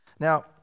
Now